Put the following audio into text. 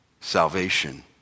salvation